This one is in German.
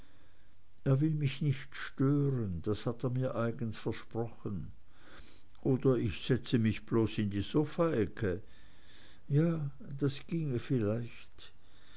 er will mich nicht stören das hat er mir eigens versprochen oder ich setze mich bloß in die sofaecke ja das ginge vielleicht